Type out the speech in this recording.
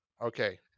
Okay